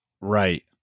right